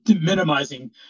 minimizing